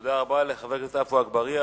תודה רבה לחבר הכנסת אגבאריה.